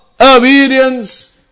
obedience